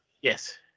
Yes